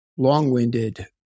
long-winded